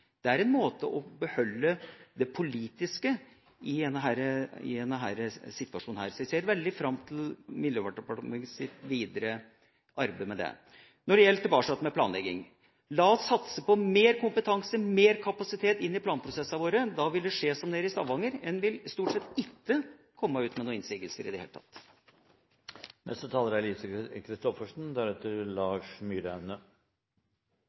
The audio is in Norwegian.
Det er en måte å beholde det politiske i denne situasjonen på, så jeg ser veldig fram til Miljøverndepartementets videre arbeid med det. Så tilbake til dette med planlegging: La oss satse på mer kompetanse og mer kapasitet inn i planprosessene våre. Da vil det skje som i Stavanger-regionen, en vil stort sett ikke komme ut med noen innsigelser i det hele